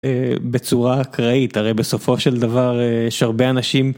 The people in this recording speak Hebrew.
אה, בצורה אקראית. הרי בסופו של דבר יש הרבה אנשים...